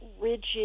Rigid